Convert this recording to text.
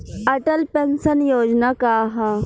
Atal pension Yojana का ह?